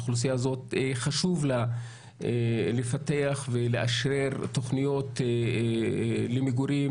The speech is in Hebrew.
חשוב לאוכלוסייה החרדית לאשרר תוכניות למגורים